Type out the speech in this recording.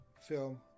film